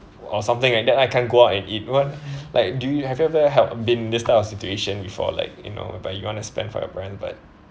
or something like that I can't go out and eat what like do you have you ever have been this type of situation before like you know but you wanna spend for your friend but